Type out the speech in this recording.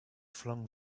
flung